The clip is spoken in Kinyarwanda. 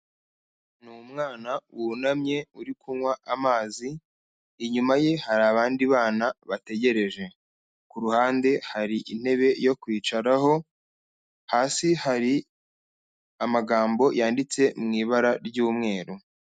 Ni umwana wunamye uri kunywa amazi, inyuma ye hari abandi bana bategereje, kuruhande hari intebe yo kwicaraho, hasi hari amagambo yanditse mu ibara ry'umweru.